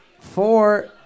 four